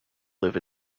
live